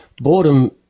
Boredom